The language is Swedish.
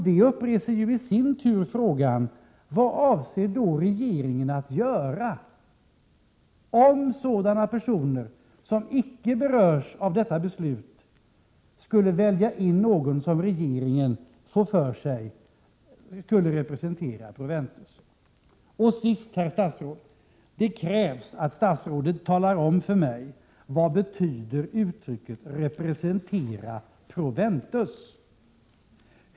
Detta uppreser i sin tur frågan: Vad avser då regeringen att göra, om sådana personer som icke berörs av detta beslut skulle välja in någon som regeringen får för sig skulle representera Proventus? Till sist, herr statsråd: Det krävs att statsrådet talar om för mig vad uttrycket ”representera Proventus” betyder.